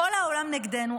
כל העולם נגדנו,